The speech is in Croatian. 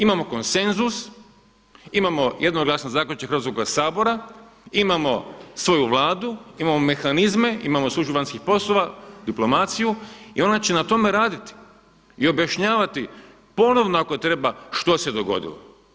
Imamo konsenzus, imamo jednoglasno zaključak Hrvatskoga sabora, imamo svoju Vladu, imamo mehanizme, imamo … vanjskih poslova, diplomaciju i ona će na tome raditi i objašnjavati ponovno ako treba što se dogodilo.